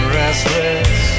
restless